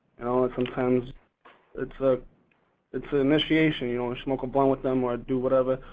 and um and sometimes it's ah it's ah initiation, you know, you smoke a blunt with them or do whatever,